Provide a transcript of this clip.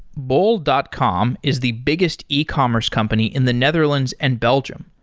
bol dot com is the biggest ecommerce company in the netherlands and belgium.